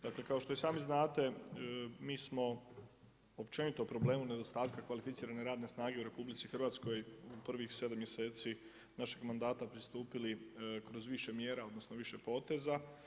Dakle kao što i sami znate, mi smo općenito u problemu u nedostatka kvalificirane radne snage u RH u prvih 7 mjeseci našeg mandata pristupili kroz više mjera, odnosno više poteza.